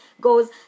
goes